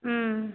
ம்